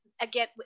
again